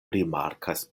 rimarkas